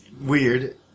weird